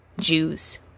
Jews